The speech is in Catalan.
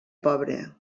pobre